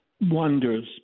wonders